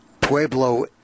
Pueblo